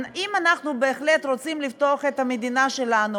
אם אנחנו בהחלט רוצים לפתוח את המדינה שלנו